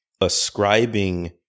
ascribing